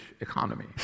economy